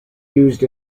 used